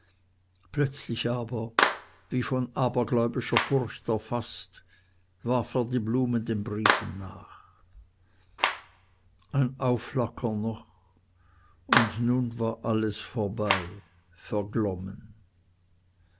plötzlich aber wie von abergläubischer furcht erfaßt warf er die blumen den briefen nach ein aufflackern noch und nun war alles vorbei verglommen